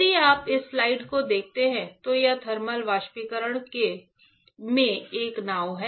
यदि आप इस स्लाइड को देखते हैं तो यह थर्मल वाष्पीकरण में एक नाव है